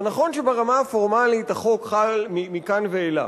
זה נכון שברמה הפורמלית החוק חל מכאן ואילך,